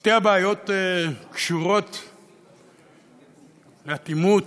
שתי הבעיות קשורות לאטימות,